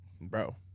bro